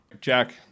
Jack